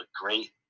great